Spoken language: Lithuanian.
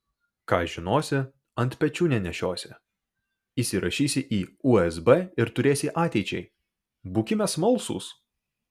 ką žinosi ant pečių nenešiosi įsirašysi į usb ir turėsi ateičiai būkime smalsūs